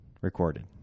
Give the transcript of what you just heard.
recorded